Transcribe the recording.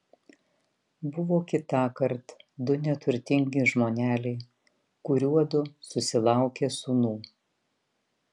buvo kitąkart du neturtingi žmoneliai kuriuodu susilaukė sūnų